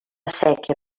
séquia